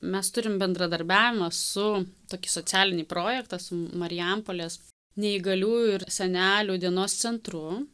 mes turim bendradarbiavimą su tokį socialinį projektą su marijampolės neįgaliųjų ir senelių dienos centru